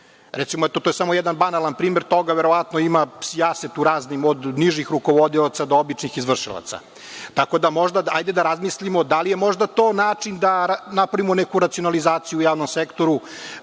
Eto to je samo jedan banalan primer toga. Verovatno ima sijaset u raznim, od nižih rukovodioca do običnih izvršilaca. Hajde da razmislimo da li je to možda način da napravimo neku racionalizaciju u javnom sektoru,